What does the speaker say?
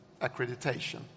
accreditation